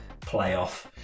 playoff